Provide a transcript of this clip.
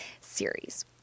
series